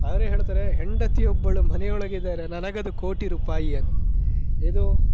ಅವರೇ ಹೇಳ್ತಾರೆ ಹೆಂಡತಿಯೊಬ್ಬಳು ಮನೆಯೊಳಗಿದ್ದರೆ ನನಗದು ಕೋಟಿ ರುಪಾಯಿ ಇದು